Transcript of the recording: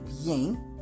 bien